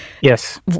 Yes